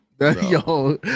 Yo